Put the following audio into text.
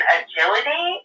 agility